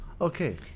Okay